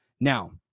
Now